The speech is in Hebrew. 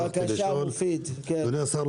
אדוני השר,